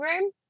room